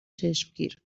چشمگیر